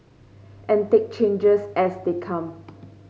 and take changes as they come